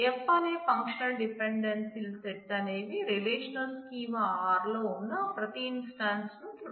F అనే functional డిపెండెన్సీల set అనేవి రిలేషనల్ స్కీమా R లో ఉన్న ప్రతి ఇన్స్టాన్స్ ను తృప్తి పరచాలి